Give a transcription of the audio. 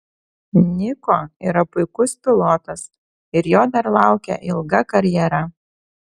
niko yra puikus pilotas ir jo dar laukia ilga karjera